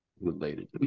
Related